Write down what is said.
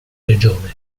regione